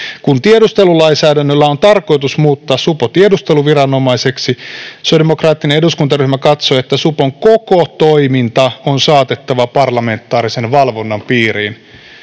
Kun tiedustelulainsäädännöllä on tarkoitus muuttaa supo tiedusteluviranomaiseksi, sosiaalidemokraattinen eduskuntaryhmä katsoo, että supon koko toiminta on saatettava parlamentaarisen valvonnan piiriin.”